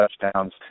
touchdowns